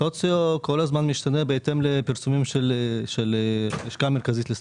סוציו כל הזמן משתנה בהתאם לפרסומים של לשכה מרכזית לסטטיסטיקה.